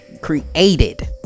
created